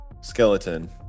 skeleton